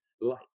light